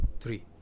three